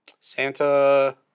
Santa